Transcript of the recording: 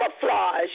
camouflage